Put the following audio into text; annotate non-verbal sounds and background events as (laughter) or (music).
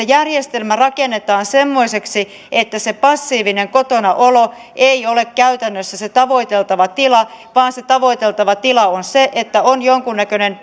(unintelligible) järjestelmä rakennetaan semmoiseksi että se passiivinen kotona olo ei ole käytännössä se tavoiteltava tila vaan se tavoiteltava tila on se että on jonkinnäköinen (unintelligible)